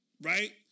Right